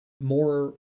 more